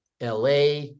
LA